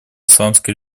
исламской